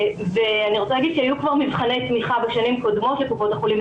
ואני רוצה להגיד שהיו כבר מבחני תמיכה בשנים קודמות של קופות החולים,